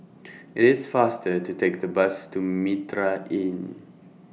IT IS faster to Take The Bus to Mitraa Inn